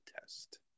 test